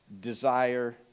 desire